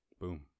boom